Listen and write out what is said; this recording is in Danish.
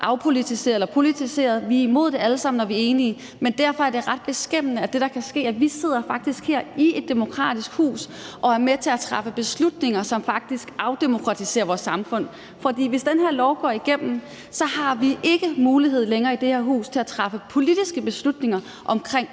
bliver politiseret, at vi alle sammen er imod det. Men derfor er det ret beskæmmende, at det, der faktisk kan ske, er, at vi her i et demokratisk hus sidder og er med til at træffe beslutninger, som afdemokratiserer vores samfund. For hvis den her lov går igennem, har vi i det her hus ikke længere mulighed for at træffe politiske beslutninger omkring